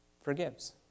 forgives